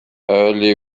early